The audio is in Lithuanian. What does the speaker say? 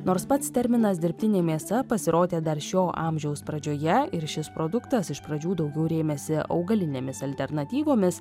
nors pats terminas dirbtinė mėsa pasirodė dar šio amžiaus pradžioje ir šis produktas iš pradžių daugiau rėmėsi augalinėmis alternatyvomis